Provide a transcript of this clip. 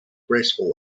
graceful